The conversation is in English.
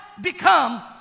become